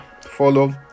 follow